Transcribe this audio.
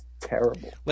terrible